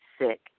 Sick